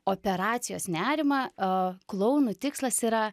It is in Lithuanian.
operacijos nerimą a klounų tikslas yra